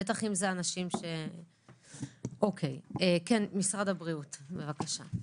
בטח אם זה אנשים -- משרד הבריאות, בבקשה.